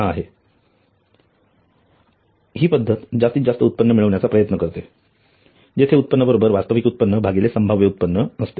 हा आहे ही पद्धत जास्तीत जास्त उत्पन्न मिळवण्याचा प्रयत्न करते जेथे उत्पन्न बरोबर वास्तविक उत्पन्न भागिले संभाव्य उत्पन्न असते